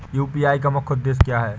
UPI का मुख्य उद्देश्य क्या है?